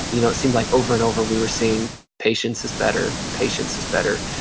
you know it seemed like over and over we were seeing patience is better, patience is better.